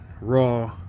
raw